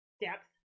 depth